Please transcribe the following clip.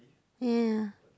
ya ya ya